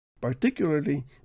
particularly